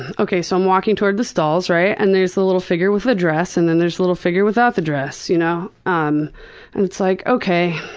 and okay so i'm walking towards the stalls, right? and there is a little figure with the dress and and there is a little figure without the dress, you know? um and it's like, okay,